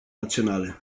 naționale